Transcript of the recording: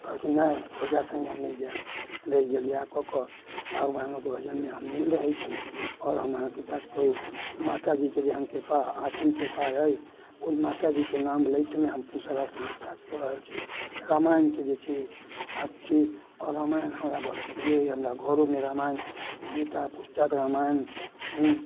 कहलखिन नहि एकरा सङ्गे हम नहि जायब रहि गेल इएह कऽ कऽ भगवानेके भजनमे हम लीन रहै छी आओर हम अहाँके बात कहुँ माता जीके जेहन कृपा असीम कृपा अइ ओइ माता जीके नाम लैतमे हम अपन सारा समय ब्याप्त कऽ रहल छी रामायणके जे छै भक्त छी आओर रामायण हमरा बड़ प्रिय अइ हमरा घरोमे रामायण गीता पुस्तक रामायण हूँ